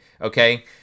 okay